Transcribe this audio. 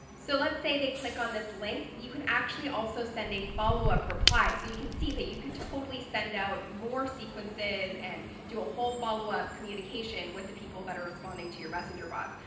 so let's say they click on this link, you can actually also send a follow up reply so you can see that you could totally send out more sequences and do a whole follow up communication with the people that are responding to your messenger bots.